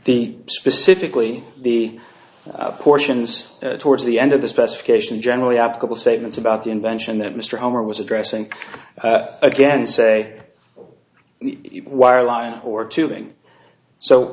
the specifically the portions towards the end of the specification generally applicable statements about the invention that mr homer was addressing again say wire line or tubing so